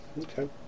Okay